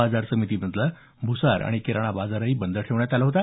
बाजारसमिती मधला भुसार आणि किराणा बाजारही बंद ठेवण्यात आला होता